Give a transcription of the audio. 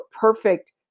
perfect